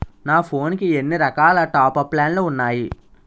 నా ఫోన్ కి ఎన్ని రకాల టాప్ అప్ ప్లాన్లు ఉన్నాయి?